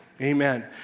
Amen